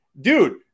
Dude